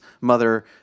mother